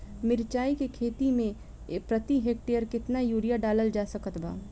मिरचाई के खेती मे प्रति एकड़ केतना यूरिया डालल जा सकत बा?